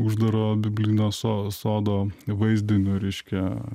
uždaro biblinio so sodo įvaizdiniu reiškia